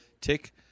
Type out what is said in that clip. Tick